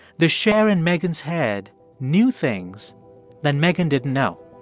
the cher in megan's head knew things that megan didn't know.